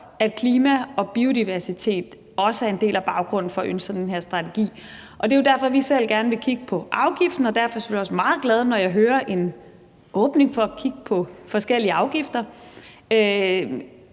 at klima og biodiversitet er en del af baggrunden for at ønske sig den her strategi. Det er jo derfor, vi selv gerne vil kigge på afgiften, og derfor bliver jeg selvfølgelig også meget glad, når jeg hører en åbning for at kigge på forskellige afgifter.